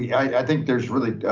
i think there's really.